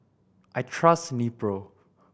I trust Nepro